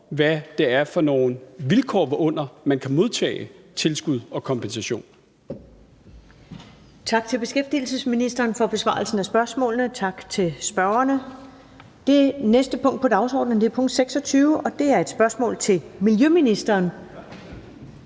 hvad det er for nogle vilkår, hvorunder man kan modtage tilskud og kompensation.